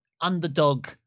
underdog